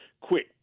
quick